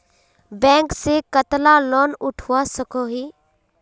Bank से कतला loan उठवा सकोही?